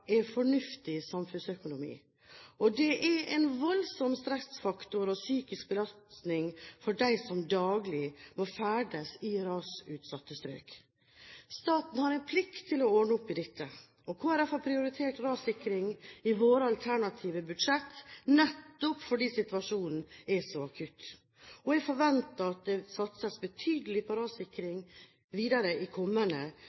er fornuftig samfunnsøkonomi, og det er en voldsom stressfaktor og psykisk belastning for dem som daglig må ferdes i rasutsatte strøk. Staten har en plikt til å ordne opp i dette. Kristelig Folkeparti har prioritert rassikring i sine alternative budsjett nettopp fordi situasjonen er så akutt, og jeg forventer at det satses betydelig på